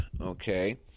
Okay